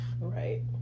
right